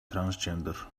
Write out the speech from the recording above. transgender